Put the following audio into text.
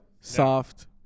Soft